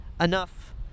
Enough